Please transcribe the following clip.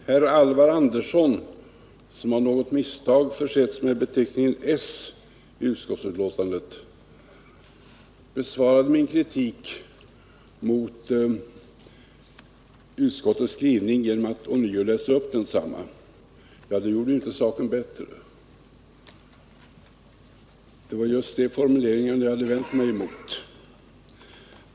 Herr talman! Herr Alvar Andersson, som genom något misstag försetts med beteckningen i utskottsbetänkandet, besvarade min kritik mot utskottets skrivning genom att ånyo läsa upp densamma. Ja, det gjorde ju inte saken bättre. Det var just de formuleringarna jag hade vänt mig emot.